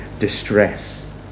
distress